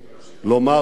לומר לך